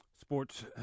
sports